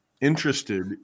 interested